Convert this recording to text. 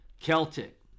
Celtic